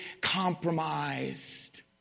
compromised